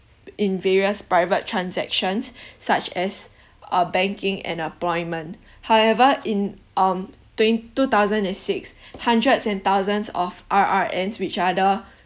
in various private transactions such as uh banking and employment however in um twen~ two thousand and six hundreds and thousands of R_R_Ns which are the